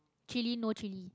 chilli no chilli